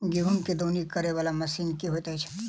गेंहूँ केँ दौनी करै वला मशीन केँ होइत अछि?